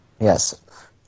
Yes